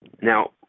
now